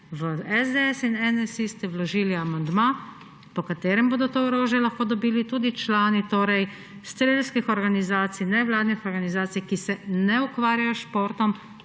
v SDS in NSi ste vložili amandma, po katerem bodo to orožje lahko dobili tudi člani strelskih organizacij, nevladnih organizacij, ki se ne ukvarjajo s športom,